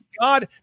God